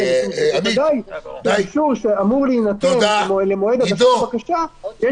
משום שבוודאי לאישור שאמור להינתן למועד הגשת הבקשה יש